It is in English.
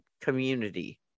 community